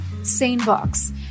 Sanebox